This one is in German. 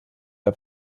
der